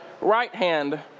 right-hand